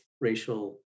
racial